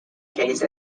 case